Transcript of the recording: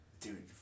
dude